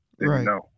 Right